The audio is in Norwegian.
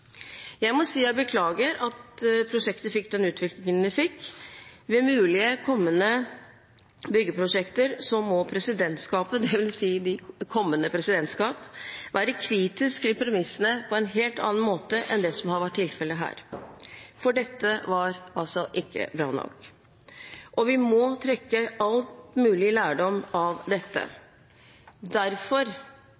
Jeg må si jeg beklager at prosjektet fikk den utviklingen det fikk. Ved mulige kommende byggeprosjekter må presidentskapet, dvs. de kommende presidentskapene, være kritisk til premissene på en helt annen måte enn det som har vært tilfellet her – for dette var altså ikke bra nok. Vi må trekke all mulig lærdom av dette.